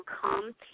Come